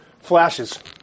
Flashes